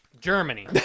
Germany